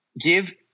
give